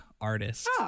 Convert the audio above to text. Artist